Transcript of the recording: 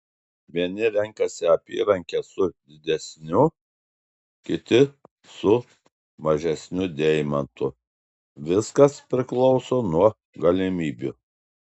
vieni renkasi apyrankę su didesniu kiti su mažesniu deimantu viskas priklauso nuo galimybių